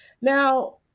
Now